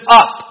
up